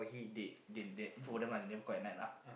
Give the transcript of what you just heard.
they they that both of them ah they never call at night lah